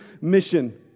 mission